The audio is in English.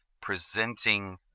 presenting